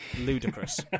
Ludicrous